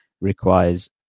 requires